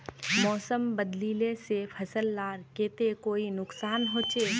मौसम बदलिले से फसल लार केते कोई नुकसान होचए?